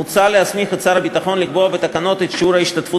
מוצע להסמיך את שר הביטחון לקבוע בתקנות את שיעור ההשתתפות